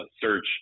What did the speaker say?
search